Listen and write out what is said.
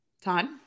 Todd